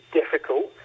difficult